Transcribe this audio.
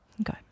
Okay